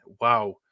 wow